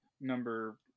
number